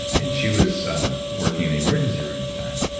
and she was working in the emergency room at the time.